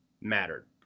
mattered